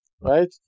Right